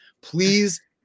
Please